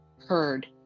heard